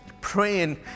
praying